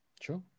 Sure